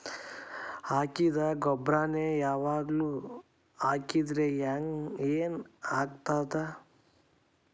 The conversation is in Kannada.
ಹಾಕಿದ್ದ ಗೊಬ್ಬರಾನೆ ಯಾವಾಗ್ಲೂ ಹಾಕಿದ್ರ ಏನ್ ಆಗ್ತದ?